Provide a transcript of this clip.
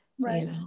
Right